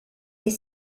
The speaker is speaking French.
est